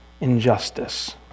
injustice